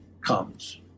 comes